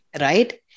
right